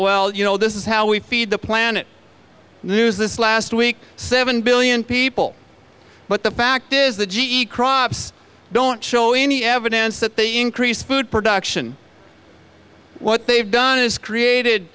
well you know this is how we feed the planet news this last week seven billion people but the fact is the g e crops don't show any evidence that they increase food production what they've done is created